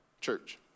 church